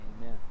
Amen